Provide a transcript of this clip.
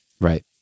Right